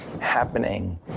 happening